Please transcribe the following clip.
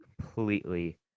completely